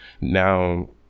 Now